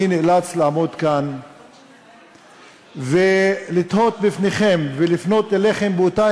אני נאלץ לעמוד כאן ולתהות בפניכם ולפנות אליכם באותה